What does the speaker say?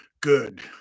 good